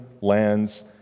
lands